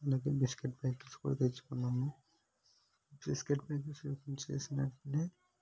అందుకే biscuit packets కూడా తెచ్చుకున్నాము బిస్కెట్ ప్యాకెట్స్ ఓపెన్ చేసిన వెంటనే